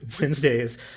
Wednesdays